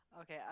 Okay